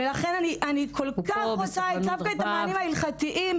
ולכן אני כל-כך רוצה את המענים ההלכתיים,